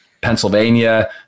Pennsylvania